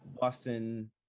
Boston